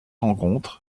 rencontres